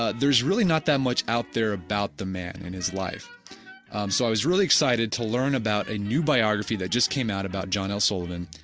ah there is really not that much out there about the man and his life so, i was really excited to learn about a new biography that just came out about john l. sullivan,